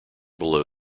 below